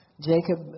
Jacob